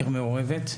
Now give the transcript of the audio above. עיר מעורבת,